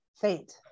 Fate